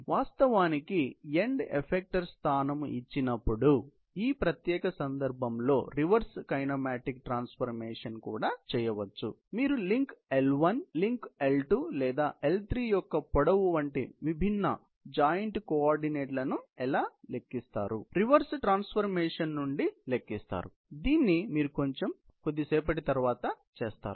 కాబట్టి వాస్తవానికి end effector స్థానం ఇచ్చినప్పుడు ఈ ప్రత్యేక సందర్భంలో రివర్స్ కైనమాటిక్ పరివర్తనను చేయవచ్చు మీరు లింక్ L1 లింక్ L2 లేదా L3 యొక్క పొడవు వంటి విభిన్నజాయింట్ కోఆర్డినేట్లను ఎలా లెక్కిస్తారు రివర్స్ ట్రాన్స్ఫర్మేషన్ నుండి లెక్కిస్తారు దీన్ని మీరు కొంచెం తరువాత చేస్తారు